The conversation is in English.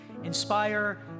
inspire